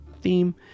theme